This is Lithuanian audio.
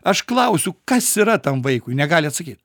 aš klausiu kas yra tam vaikui negali atsakyt